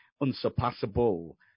unsurpassable